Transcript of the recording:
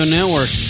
Network